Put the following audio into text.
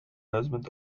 husband